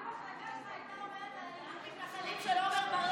מה המחלקה שלך הייתה אומרת על אלימות מתנחלים של עמר בר לב?